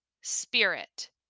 spirit